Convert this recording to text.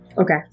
Okay